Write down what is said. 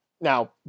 Now